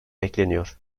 bekleniyor